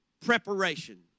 preparation